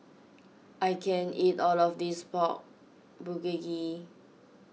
I can't eat all of this Pork Bulgogi